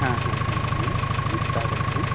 হ্যাঁ হ্যাঁ হ্যাঁ বলুন আমি স্টাফ একজন